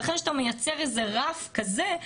ולכן כשאתה מייצר איזה רף כזה,